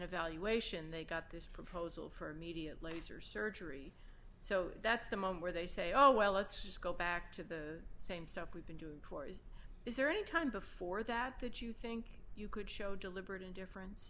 evaluation they got this proposal for immediate laser surgery so that's the moment where they say oh well let's just go back to the same stuff we've been doing for years is there any time before that that you think you could show deliberate and differ